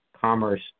commerce